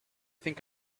think